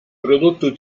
prodotto